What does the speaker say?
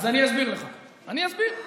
אז אני אסביר לך, אני אסביר.